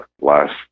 last